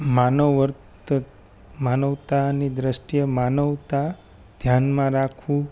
માનવ વર્તક માનવતાની દ્રષ્ટિએ માનવતા ધ્યાનમાં રાખવું